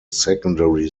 secondary